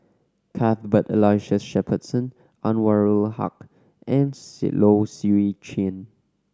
Cuthbert Aloysius Shepherdson Anwarul Haque and Swee Low Swee Chen